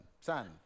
son